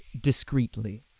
discreetly